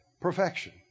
perfection